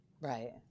Right